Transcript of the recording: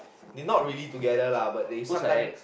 they not really together lah but they sometime